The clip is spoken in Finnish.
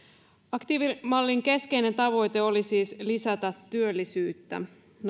aktiivimallin keskeinen tavoite oli siis lisätä työllisyyttä no